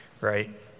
right